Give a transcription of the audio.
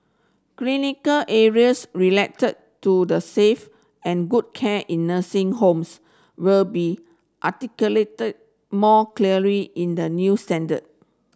clinical areas related to the safe and good care in nursing homes will be articulated more clearly in the new standard